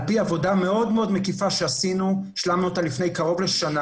על-פי עבודה מאוד מקיפה שעשינו והשלמנו לפני כשנה,